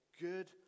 Good